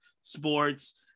sports